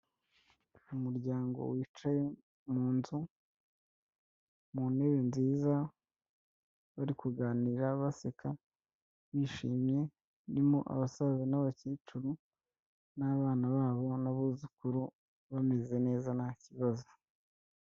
Umuryango wicaye mu nzu mu ntebe nziza. Bari kuganira baseka, bishimye, harimo abasaza n'abakecuru n'abana babo n'abuzukuru bameze neza nta kibazo.